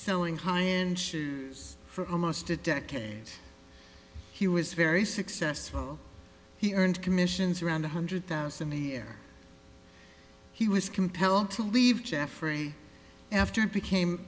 selling high end shoes for almost a decade he was very successful he earned commissions around a hundred thousand a year he was compelled to leave jeffrey after became